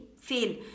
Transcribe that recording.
fail